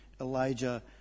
elijah